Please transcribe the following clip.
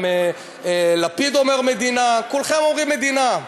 גם לפיד אומר מדינה,